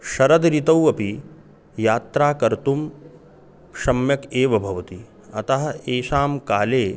शरदृतौ अपि यात्रा कर्तुं सम्यक् एव भवति अतः एषां काले